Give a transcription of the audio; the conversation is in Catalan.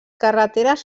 carreteres